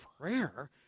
prayer